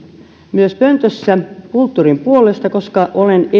myös pöntössä kulttuurin puolesta koska olen elänyt